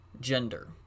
gender